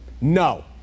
no